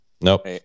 Nope